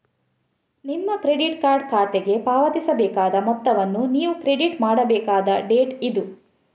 ನಿಮ್ಮ credit card ಖಾತೆಗೆ ಪಾವತಿಸಬೇಕಾದ ಮೊತ್ತವನ್ನು ನೀವು ಕ್ರೆಡಿಟ್ ಮಾಡಬೇಕಾದ ಡೇಟ್ ಇದು